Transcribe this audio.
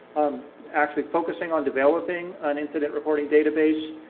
actually focusing on developing an incident reporting database,